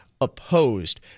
opposed